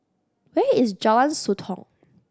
where is Jalan Sotong